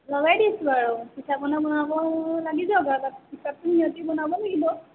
লগাই দিছোঁ আৰু পিঠা পনা বনাব লাগি যাওঁক আৰু তাৰ পিছততো সিহঁতি বনাব লাগিব